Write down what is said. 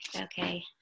Okay